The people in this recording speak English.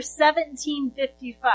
1755